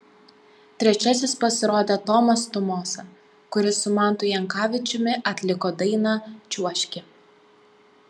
trečiasis pasirodė tomas tumosa kuris su mantu jankavičiumi atliko dainą čiuožki